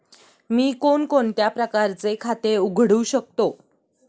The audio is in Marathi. मी कोणकोणत्या प्रकारचे खाते उघडू शकतो?